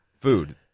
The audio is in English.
Food